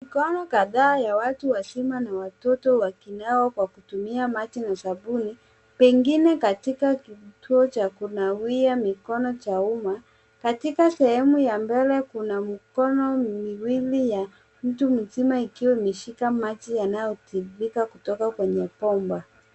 Mikono kadhaa ya watu wazima na watoto wakinawa kwa kutumia maji na sabuni pengine katika kituo cha kunawia mikono cha uma. Katika sehemu ya mbele kuna mkono miwili ya mtu mzima ikiwa imeshika maji yanayotiririka kutoka kwenye bomba.